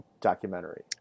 documentary